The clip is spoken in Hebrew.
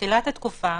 בתחילת התקופה,